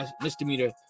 misdemeanor